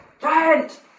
Giant